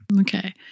Okay